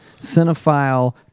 cinephile